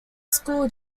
school